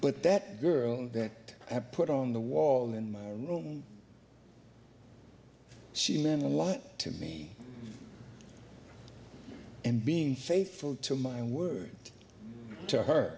but that girl that i put on the wall in my room she meant a lot to me and being faithful to my word to h